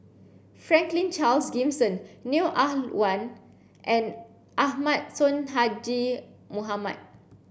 Franklin Charles Gimson Neo Ah Luan and Ahmad Sonhadji Mohamad